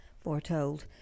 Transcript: foretold